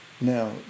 Now